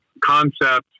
concept